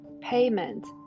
Payment